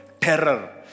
terror